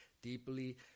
deeply